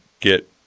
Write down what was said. get